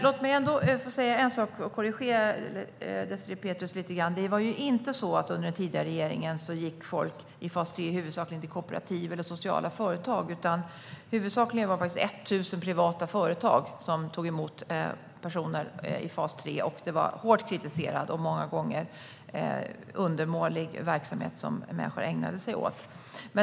Låt mig ändå säga en sak och korrigera Désirée Pethrus lite grann. Det var inte så under den tidigare regeringens tid att folk i fas 3 huvudsakligen gick till kooperativ eller sociala företag, utan huvudsakligen var det 1 000 privata företag som tog emot personer i fas 3. Det var hårt kritiserad och många gånger undermålig verksamhet som människor ägnade sig åt.